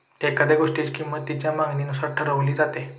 एखाद्या गोष्टीची किंमत तिच्या मागणीनुसार ठरवली जाते